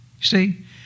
See